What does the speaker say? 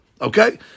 Okay